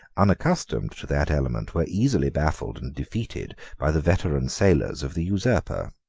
unaccustomed to that element, were easily baffled and defeated by the veteran sailors of the usurper.